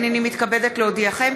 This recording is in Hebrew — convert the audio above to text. הינני מתכבדת להודיעכם,